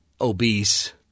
obese